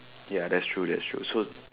ya that's true that's true so